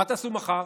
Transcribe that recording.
מה תעשו מחר?